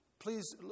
Please